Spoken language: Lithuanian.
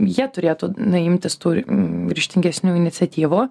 jie turėtų na imtis tų ryžtingesnių iniciatyvų